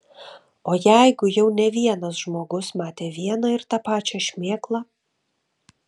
o jeigu jau ne vienas žmogus matė vieną ir tą pačią šmėklą